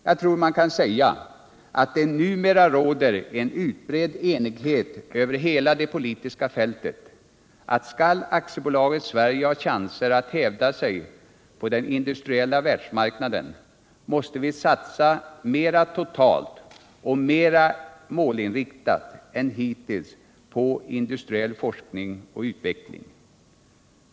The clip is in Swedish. Jag tror man kan säga att det numera råder en utbredd enighet över hela det politiska fältet att om AB Sverige skall ha chanser att hävda sig på den industriella världsmarknaden, så måste vi satsa mera totalt och mera målinriktat än hittills på industriell forskning och utveckling.